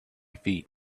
feet